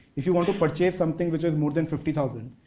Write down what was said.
if you want to purchase something which is more than fifty thousand,